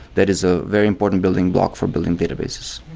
that is a very important building block for building databases.